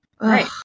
Right